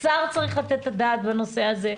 השר צריך לתת את הדעת בנושא הזה.